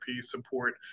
support